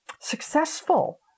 successful